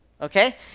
okay